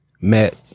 met